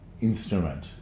instrument